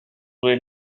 were